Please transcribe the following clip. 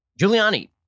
Giuliani